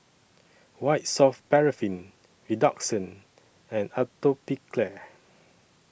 White Soft Paraffin Redoxon and Atopiclair